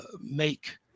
make